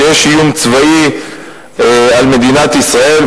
כשיש איום צבאי על מדינת ישראל,